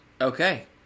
Okay